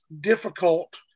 difficult